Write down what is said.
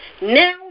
Now